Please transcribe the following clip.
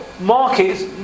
markets